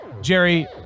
jerry